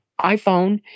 iPhone